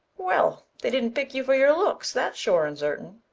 well, they didn't pick you for your looks, that's sure and certain,